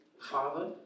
Father